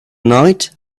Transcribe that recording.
night